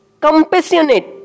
compassionate